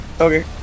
Okay